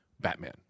Batman